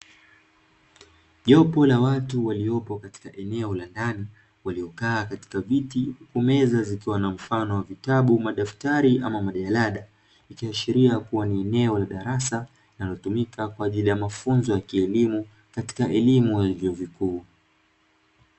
Jopo la watu waliopo katika eneo la ndani waliokaa katika katika viti huku meza zikiwa na mfano wa vitabu, madaftari, ama majalada ikiashiria kuwa ni eneo la darasa linalotumika kwa ajili ya mafunzo ya kielimu katika elimu ya vyuo vikuu.